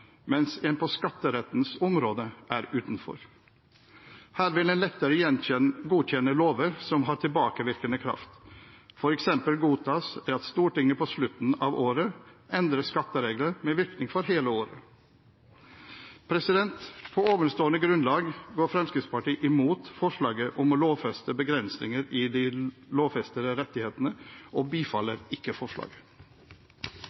mens det på skatterettens område er utenfor. Her vil en lettere godkjenne lover som har tilbakevirkende kraft. For eksempel godtas det at Stortinget på slutten av året endrer skatteregler med virkning for hele året. På ovenstående grunnlag går Fremskrittspartiet imot forslaget om å lovfeste begrensninger i de grunnlovfestede rettighetene, og